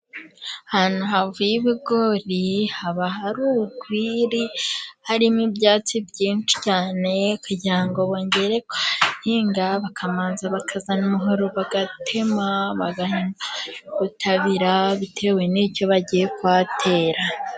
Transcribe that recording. Ahantu havuye ibigori haba hari urwiri, harimo ibyatsi byinshi cyane. Kugira ngo bongere kuhahinga bakabanza bakazana umuhoro bagatema, bagahinga bari gutabira, bitewe n'ibyo bagiye kuhatera.